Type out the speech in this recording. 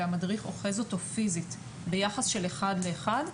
המדריך אוחז אותו פיזית ביחס של אחד לאחד.